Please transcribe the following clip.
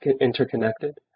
interconnected